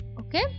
okay